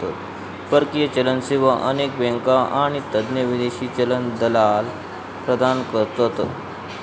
परकीय चलन सेवा अनेक बँका आणि तज्ञ विदेशी चलन दलाल प्रदान करतत